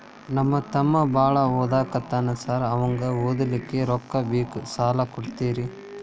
ನಮ್ಮ ತಮ್ಮ ಬಾಳ ಓದಾಕತ್ತನ ಸಾರ್ ಅವಂಗ ಓದ್ಲಿಕ್ಕೆ ರೊಕ್ಕ ಬೇಕು ಸಾಲ ಕೊಡ್ತೇರಿ?